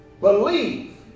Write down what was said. believe